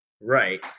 Right